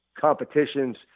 competitions